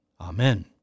Amen